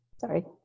Sorry